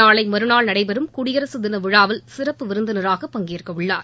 நாளை மறுநாள் நடைபெறும் குடியரசு தின விழாவில் சிறப்பு விருந்திராக பங்கேற்கவுள்ளார்